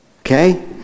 okay